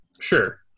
Sure